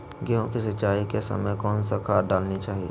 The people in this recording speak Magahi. गेंहू के सिंचाई के समय कौन खाद डालनी चाइये?